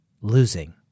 losing